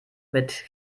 mit